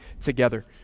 together